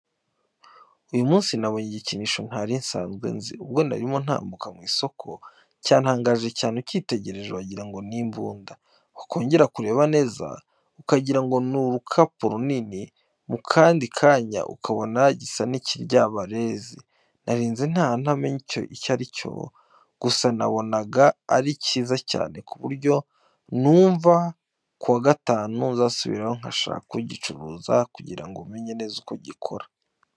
Uyu munsi nabonye igikinisho ntari nsanzwe nzi. Ubwo narimo ntambuka mu isoko, cyantangaje cyane. Ucyitegereje, wagira ngo ni imbunda, wakongera kureba neza, ukagira ngo ni urukapu runini, mu kandi kanya, ukabona gisa n’ikiryabarezi. Narinze ntaha ntamenye neza icyo ari cyo, gusa nabonaga ari cyiza cyane, ku buryo numva ku wa gatanu nzasubirayo nkashaka ugicuruza, kugira ngo menye neza uko gikora.